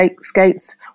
skates